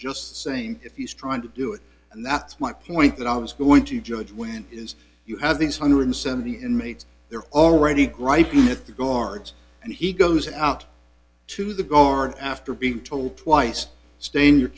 just saying if he's trying to do it and that's my point that i was going to judge when is you have these one hundred send the inmates they're already griping at the guards and he goes out to the guard after being told twice stay in your